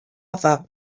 other